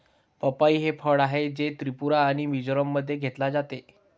पपई हे फळ आहे, जे त्रिपुरा आणि मिझोराममध्ये घेतले जाते